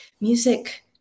music